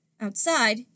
Outside